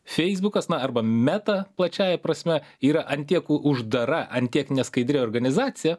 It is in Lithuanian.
feisbukas na arba meta plačiąja prasme yra ant tiek u uždara ant tiek neskaidri organizacija